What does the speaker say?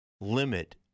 limit